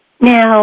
Now